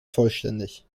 vollständig